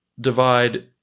divide